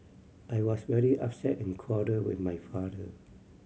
I was very upset and quarrelled with my father